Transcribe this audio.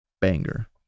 banger